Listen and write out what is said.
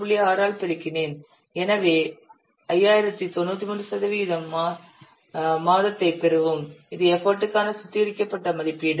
6 ஆல் பெருக்கினேன் எனவே 5093 சதவிகிதம் மாதத்தைப் பெறுவோம் இது எஃபர்ட் க்கான சுத்திகரிக்கப்பட்ட மதிப்பீடு